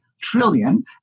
Trillion